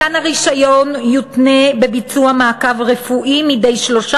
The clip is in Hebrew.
מתן הרישיון יותנה בביצוע מעקב רפואי מדי שלושה